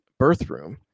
birthroom